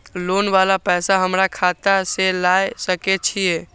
Loan वाला पैसा हमरा खाता से लाय सके छीये?